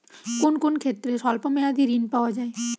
কোন কোন ক্ষেত্রে স্বল্প মেয়াদি ঋণ পাওয়া যায়?